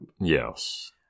Yes